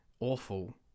awful